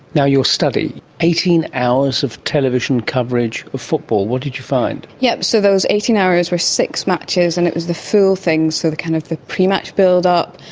now, your study, eighteen hours of television coverage of football. what did you find? yes, so those eighteen hours were six matches and it was the full thing, so the kind of the pre-match buildup,